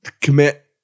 commit